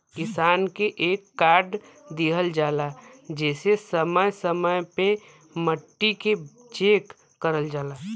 किसान के एक कार्ड दिहल जाला जेसे समय समय पे मट्टी के चेक करल जाला